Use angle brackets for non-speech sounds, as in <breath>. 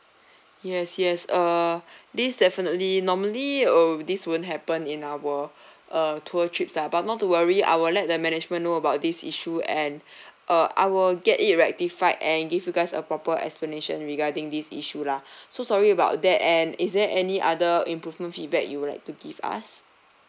yes yes err this definitely normally uh this won't happen in our uh tour trips lah but not to worry I will let the management know about this issue and <breath> uh I will get it rectified and give you guys a proper explanation regarding this issue lah so sorry about that and is there any other improvement feedback you would like to give us